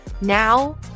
Now